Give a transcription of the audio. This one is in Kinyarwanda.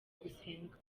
gusenga